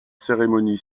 cérémonie